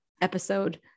episode